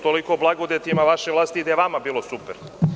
Toliko o blagodetima vaše vlasti i da je vama bilo super.